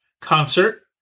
concert